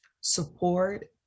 support